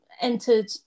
entered